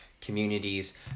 communities